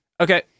Okay